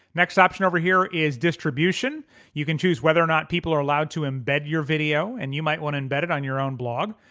next option over here is distribution you can choose whether or not people are allowed to embed your video and you might want to embed it on your own blog.